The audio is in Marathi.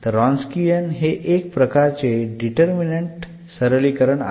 तर रॉन्सकीयन हे एक प्रकारचे डिटरमिनंटचे सरलीकरण आहे